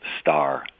star